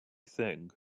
thing